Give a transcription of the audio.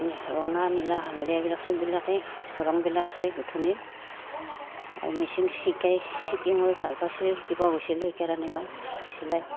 ৰঙা নীলা হালধীয়া এইবিলাক চববিলাকেই ৰঙবিলাক আছে গোঁঠনিৰ আৰু মেচিন শিকাই শিকি মই ভাল পাইছিলোঁ শিকিব গৈছিলোঁ সেইকাৰণে মই চিলাই